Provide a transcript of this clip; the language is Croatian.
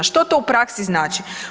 Što to u praksi znači?